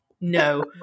No